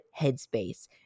headspace